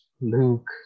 Luke